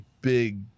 Big